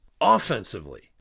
Offensively